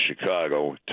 Chicago